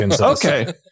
okay